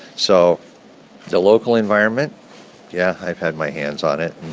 so the local environment yeah, i've had my hands on it